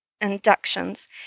inductions